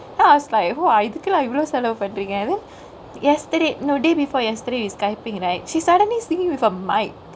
then I was like !wah! இதுக்குலா இவ்ளோ செலவு பன்ரீங்க:ithukulaa ivalo selavu panringkge then yesterday no day before yesterday we skypingk right she suddenly singkingk with a mic